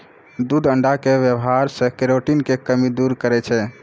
दूध अण्डा के वेवहार से केरोटिन के कमी दूर करै छै